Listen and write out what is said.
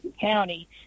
County